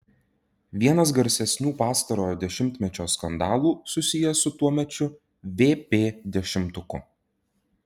vienas garsesnių pastarojo dešimtmečio skandalų susijęs su tuomečiu vp dešimtuku